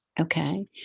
Okay